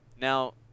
Now